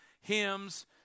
hymns